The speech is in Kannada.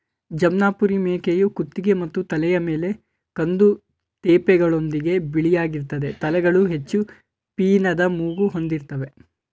ಜಮ್ನಾಪರಿ ಮೇಕೆಯು ಕುತ್ತಿಗೆ ಮತ್ತು ತಲೆಯ ಮೇಲೆ ಕಂದು ತೇಪೆಗಳೊಂದಿಗೆ ಬಿಳಿಯಾಗಿರ್ತದೆ ತಲೆಗಳು ಹೆಚ್ಚು ಪೀನದ ಮೂಗು ಹೊಂದಿರ್ತವೆ